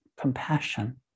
compassion